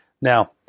Now